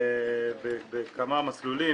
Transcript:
בכמה מסלולים,